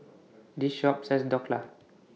This Shop sells Dhokla